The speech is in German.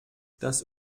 das